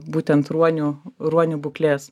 būtent ruonių ruonių būklės